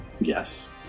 Yes